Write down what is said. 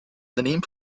daneben